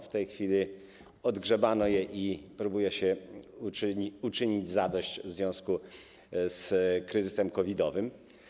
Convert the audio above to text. W tej chwili odgrzebano je i próbuje się uczynić zadość w związku z kryzysem COVID-owym.